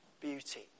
beauty